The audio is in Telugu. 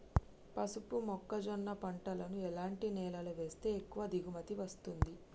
పసుపు మొక్క జొన్న పంటలను ఎలాంటి నేలలో వేస్తే ఎక్కువ దిగుమతి వస్తుంది?